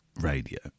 radio